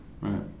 Right